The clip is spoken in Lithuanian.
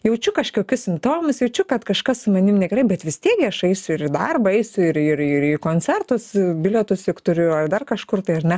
jaučiu kežkokius simptomus jaučiu kad kažkas su manim negerai bet vis tiek gi aš aisiu ir į darbą eisiu ir ir ir į koncertus bilietus juk turiu ar dar kažkur tai ar ne